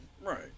Right